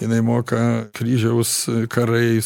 jinai moka kryžiaus karais